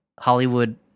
Hollywood